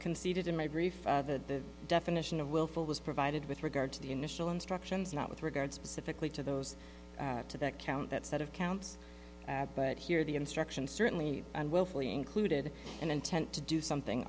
conceded in my brief the definition of willful was provided with regard to the initial instructions not with regards pacifically to those to that count that set of counts but here the instruction certainly and willfully included an intent to do something